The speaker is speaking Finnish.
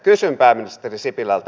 kysyn pääministeri sipilältä